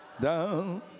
Down